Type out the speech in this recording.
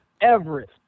Everest